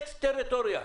אקס טריטוריה.